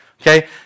Okay